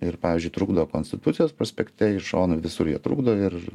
ir pavyzdžiui trukdo konstitucijos prospekte iš šonų visur jie trukdo ir